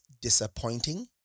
disappointing